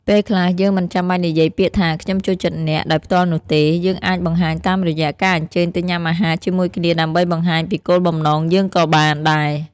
ពេលខ្លះ យើងមិនចាំបាច់និយាយពាក្យថា "ខ្ញុំចូលចិត្តអ្នក" ដោយផ្ទាល់នោះទេ យើងអាចបង្ហាញតាមរយះការអញ្ជើញទៅញ៉ាំអាហារជាមួយគ្នាដើម្បីបង្ហាញពីគោលបំណងយើងក៏បានដែរ។